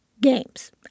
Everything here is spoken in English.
games